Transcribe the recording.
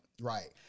right